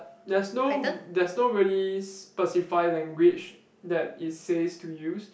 there's no there's no really specify language that it says to use